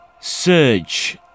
Search